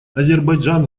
азербайджан